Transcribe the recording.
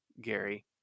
Gary